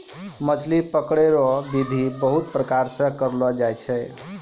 मछली पकड़ै रो बिधि बहुते प्रकार से करलो जाय छै